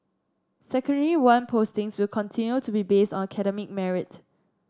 Secondary One postings will continue to be based on academic merit